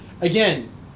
again